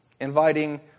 inviting